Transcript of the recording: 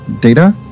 data